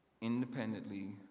independently